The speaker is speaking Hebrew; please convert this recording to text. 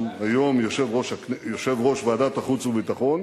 שהוא היום יושב-ראש ועדת החוץ והביטחון,